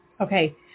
okay